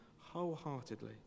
wholeheartedly